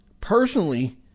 personally